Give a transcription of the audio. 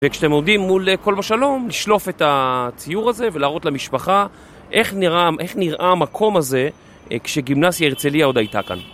וכשאתם עומדים מול כלבו שלום, לשלוף את הציור הזה ולהראות למשפחה איך נראה המקום הזה כשגימנסיה הרצליה עוד הייתה כאן